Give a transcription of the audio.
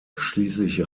schließlich